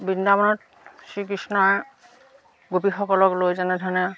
বৃন্দাবনত শ্ৰীকৃষ্ণই গোপীসকলক লৈ যেনেধৰণে